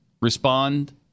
respond